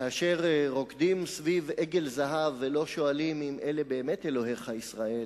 כאשר רוקדים סביב עגל זהב ולא שואלים אם אלה באמת אלוהיך ישראל,